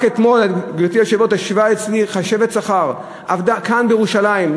רק אתמול ישבה אצלי חשבת שכר שעבדה כאן בירושלים,